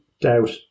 doubt